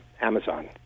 Amazon